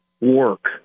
work